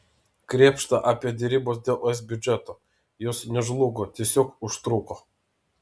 krėpšta apie derybas dėl es biudžeto jos nežlugo tiesiog užtruko